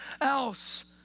else